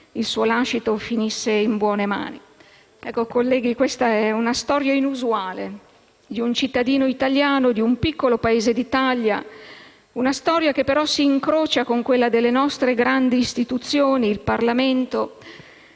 il suo lascito finisse in buone mani. Colleghi, questa è una storia inusuale, di un cittadino italiano, di un piccolo paese d'Italia. È una storia che però si incrocia con quella delle nostre grandi istituzioni, del Parlamento,